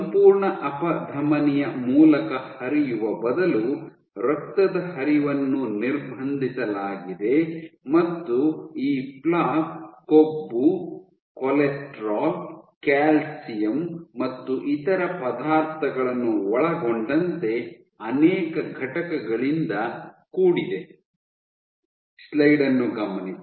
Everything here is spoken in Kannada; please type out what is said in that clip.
ಸಂಪೂರ್ಣ ಅಪಧಮನಿಯ ಮೂಲಕ ಹರಿಯುವ ಬದಲು ರಕ್ತದ ಹರಿವನ್ನು ನಿರ್ಬಂಧಿಸಲಾಗಿದೆ ಮತ್ತು ಈ ಪ್ಲೇಕ್ ಕೊಬ್ಬು ಕೊಲೆಸ್ಟ್ರಾಲ್ ಕ್ಯಾಲ್ಸಿಯಂ ಮತ್ತು ಇತರ ಪದಾರ್ಥಗಳನ್ನು ಒಳಗೊಂಡಂತೆ ಅನೇಕ ಘಟಕಗಳಿಂದ ಕೂಡಿದೆ